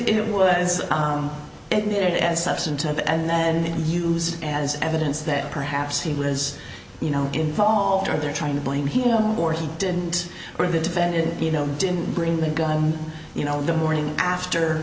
is it was it as substantive and then use as evidence that perhaps he was you know involved or they're trying to blame him or he and for the defendant you know didn't bring the guy you know in the morning after